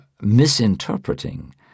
misinterpreting